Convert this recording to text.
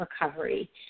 recovery